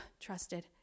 trusted